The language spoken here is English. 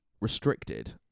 restricted